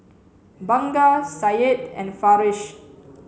Bunga Syed and Farish